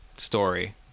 story